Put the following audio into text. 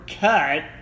cut